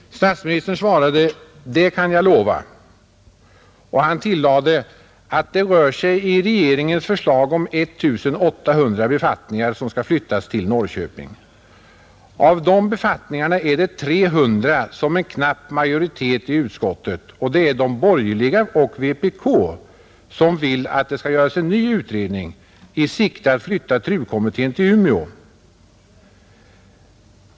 Statsministern svarade: ”Det kan jag lova.” Han tillade, att ”det rör sig i regeringens förslag om 1800 befattningar, som skall flyttas till Norrköping. Av dem är det 300, som en knapp majoritet i utskottet — och det är de borgerliga och vpk — vill att det skall göras en ny utredning i syfte att flytta TRU-kommittén till Umeå.